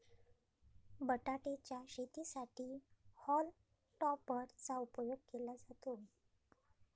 बटाटे च्या शेतीसाठी हॉल्म टॉपर चा उपयोग केला जातो